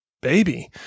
baby